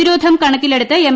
പ്രതിരോധം കണക്കിലെടുത്ത് എം